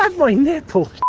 um my nipple.